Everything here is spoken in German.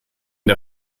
der